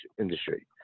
industry